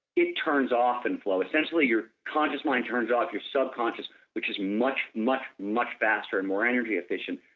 it turns off in flow. essentially your conscious mind turns off your subconscious which is much much much faster and more energy efficient,